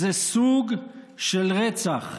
זה סוג של רצח.